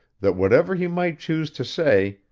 that whatever he might choose to say,